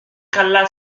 cala